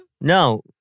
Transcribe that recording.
No